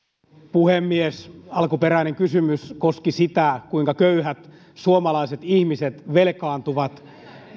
puhemies alkuperäinen kysymys koski sitä kuinka köyhät suomalaiset ihmiset velkaantuvat